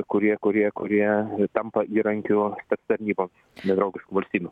kurie kurie kurie tampa įrankiu spec tarnyboms nedraugiškų valstybių